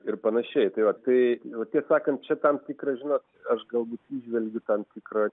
ir panašiai tai vat tai va tiesą sakant čia tam tikrą žinot aš galbūt įžvelgiu tam tikrą